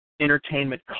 entertainment